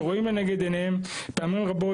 שרואים לנגד עיניהם פעמים רבות,